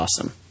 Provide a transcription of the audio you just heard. awesome